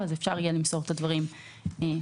אפשר יהיה למסור את הדברים בהסכמה.